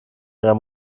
ihrer